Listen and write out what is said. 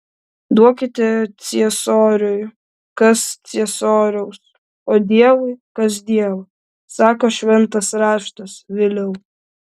duokite ciesoriui kas ciesoriaus o dievui kas dievo sako šventas raštas viliau